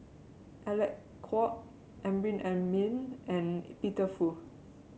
Alec Kuok Amrin Amin and Peter Fu